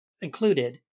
included